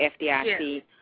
FDIC